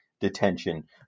detention